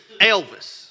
Elvis